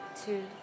two